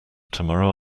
tomorrow